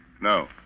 No